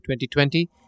2020